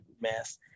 mess